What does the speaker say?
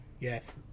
Yes